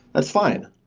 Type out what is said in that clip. that's fine.